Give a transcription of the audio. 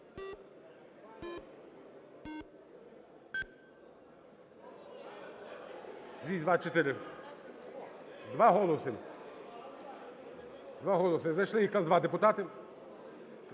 Два голоси. Зайшли якраз два депутати.